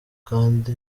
kandi